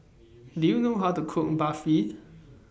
Do YOU know How to Cook Barfi